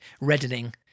reddening